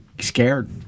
scared